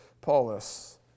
Paulus